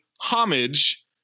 homage